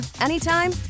anytime